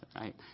right